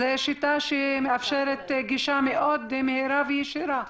זו שיטה שמאפשרת גישה מהירה וישירה.